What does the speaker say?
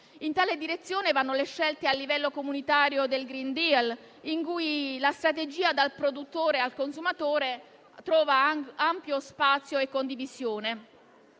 In tale direzione vanno le scelte a livello comunitario del *green deal*, in cui la strategia dal produttore al consumatore trova ampio spazio e condivisione.